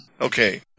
Okay